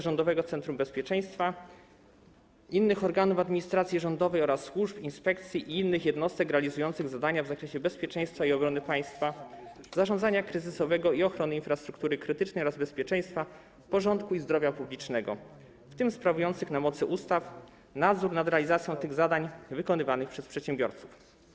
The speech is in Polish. Rządowego Centrum Bezpieczeństwa i innych organów administracji rządowej oraz służb, inspekcji i innych jednostek realizujących zadania w zakresie bezpieczeństwa i obrony państwa, zarządzania kryzysowego i ochrony infrastruktury krytycznej oraz bezpieczeństwa, porządku i zdrowia publicznego, w tym sprawujących na mocy ustaw nadzoru nad realizacją tych zadań wykonywanych przez przedsiębiorców.